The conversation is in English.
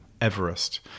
Everest